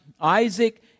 Isaac